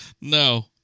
No